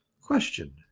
question